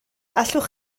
allwch